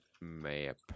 Map